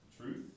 Truth